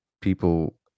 people